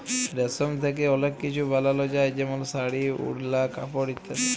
রেশম থ্যাকে অলেক কিছু বালাল যায় যেমল শাড়ি, ওড়লা, কাপড় ইত্যাদি